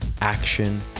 action